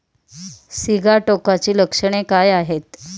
सिगाटोकाची लक्षणे काय आहेत?